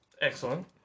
Excellent